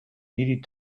needed